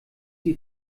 die